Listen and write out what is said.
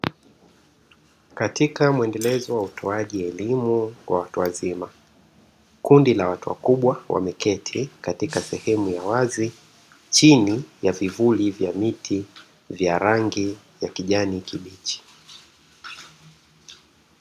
Katika mwendelezo wa utoaji elimu kwa watu wazima, kundi la watu wakubwa wameketi katika sehemu ya wazi chini ya vivuli vya miti vya rangi ya kijani kibichi.